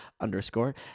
underscore